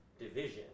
division